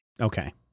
Okay